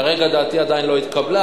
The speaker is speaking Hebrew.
כרגע דעתי עדיין לא התקבלה,